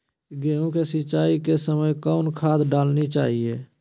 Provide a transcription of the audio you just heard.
गेंहू के सिंचाई के समय कौन खाद डालनी चाइये?